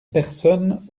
personnes